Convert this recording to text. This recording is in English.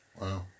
Wow